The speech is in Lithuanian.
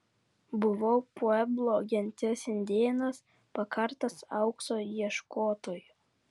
buvau pueblo genties indėnas pakartas aukso ieškotojų